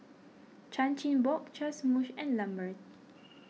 Chan Chin Bock Joash Moosh and Lambert